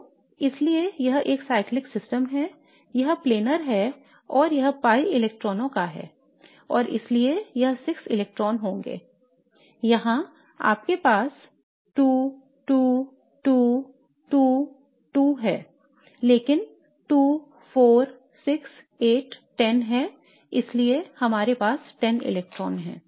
तो इसलिए यह एक चक्रीय प्रणाली है यह प्लैनर है और यह pi इलेक्ट्रॉनों का है और इसलिए यह 6 इलेक्ट्रॉन होंगे I यहाँ आपके पास 2 2 2 2 2 है लेकिन 2 4 6 8 10 है इसलिए हमारे पास 10 इलेक्ट्रान हैं